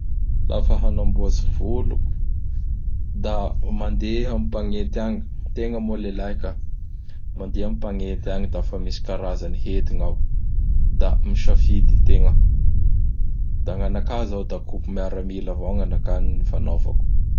Laha fa hanamboatsy volo; da mandeha am mpanety agny. Tegn a moa lehilahy ka. Mandeha am gn mpanety agny da fa misy karazan'ny hety gn' ao; da misafidy ategna. Da gn'anakahy izao da kopy miaramila avao gn'anakahy gny fanaovako.